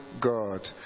God